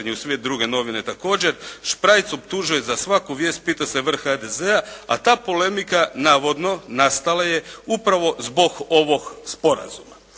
i sve druge novine također, Šprajc optužuje za svaku vijest pita se vrh HDZ-a, a ta polemika navodno nastala je upravo zbog ovog sporazuma.